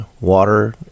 water